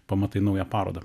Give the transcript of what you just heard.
pamatai naują parodą